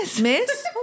Miss